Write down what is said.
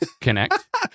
connect